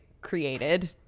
created